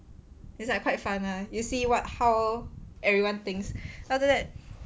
it's like quite fun lah you see what how everyone things then after that